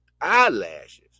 eyelashes